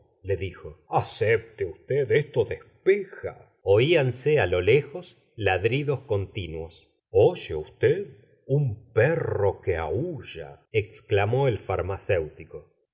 le dijo acepte usted esto despeja oianse á lo lejos ladridos continuos oye usted un perro que aulla exclamó el farmacéutico